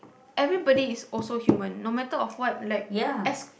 everybody is also human no matter of what like as